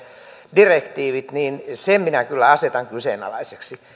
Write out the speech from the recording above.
direktiivit minä kyllä asetan kyseenalaiseksi